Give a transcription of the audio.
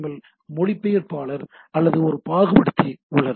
L மொழிபெயர்ப்பாளர் அல்லது ஒரு பாகுபடுத்தி உள்ளது